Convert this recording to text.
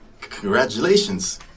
Congratulations